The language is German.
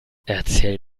erzähl